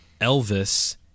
Elvis